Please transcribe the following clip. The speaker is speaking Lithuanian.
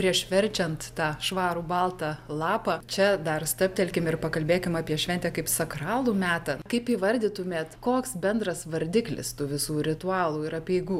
prieš verčiant tą švarų baltą lapą čia dar stabtelkim ir pakalbėkim apie šventę kaip sakralų metą kaip įvardytumėt koks bendras vardiklis tų visų ritualų ir apeigų